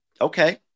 Okay